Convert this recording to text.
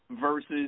versus